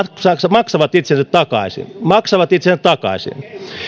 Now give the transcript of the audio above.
maksavat itsensä takaisin maksavat itsensä takaisin